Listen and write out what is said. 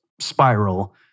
spiral